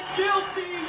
guilty